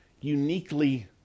uniquely